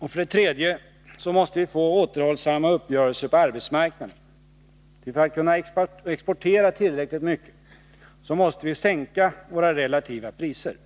För det tredje måste vi få återhållsamma uppgörelser på arbetsmarknaden. Ty för att kunna exportera tillräckligt mycket måste vi sänka våra relativa priser.